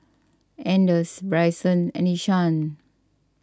anders Brycen and Ishaan